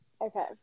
Okay